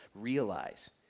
realize